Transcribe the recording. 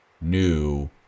new